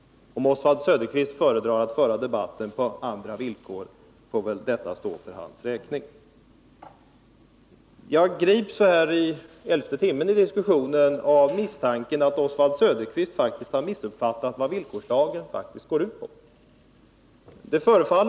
Om Oswald Söderqvist föredrar att föra debatten på andra villkor, får detta stå för hans räkning. Jag grips, så här i elfte timmen av diskussionen, av misstanken att Oswald Söderqvist faktiskt har missuppfattat vad villkorslagen går ut på.